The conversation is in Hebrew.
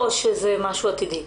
או שזה משהו עתידי?